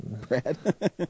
Brad